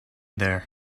there